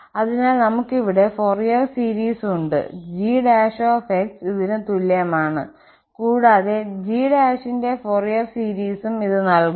അതിനാൽ നമുക്ക് ഇവിടെ ഫൊറിയർ സീരീസ് ഉണ്ട് g ഇതിന് തുല്യമാണ് കൂടാതെ g ൻറെ ഫൊറിയർ സീരീസും ഇത് നൽകുന്നു